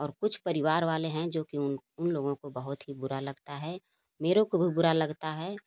और कुछ परिवार वाले हैं जो कि उन उन लोगों को बहुत ही बुरा लगता है मेरे को भी बुरा लगता है